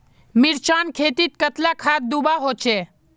मिर्चान खेतीत कतला खाद दूबा होचे?